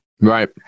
Right